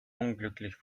unglücklich